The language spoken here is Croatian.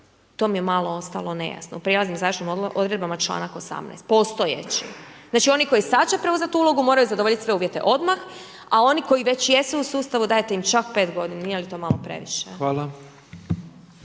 to mi je malo ostalo nejasno, u prijelaznim i završnim odredbama članak 18., postojeći. Znači oni koji sad će preuzet ulogu moraju zadovoljit sve uvjete odmah a oni koji već jesu u sustavu dajete im čak 5 godina. Nije li to malo previše?